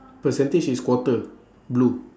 percentage is quarter blue